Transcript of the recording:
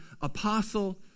apostle